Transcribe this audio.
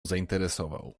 zainteresował